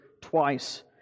twice